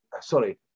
sorry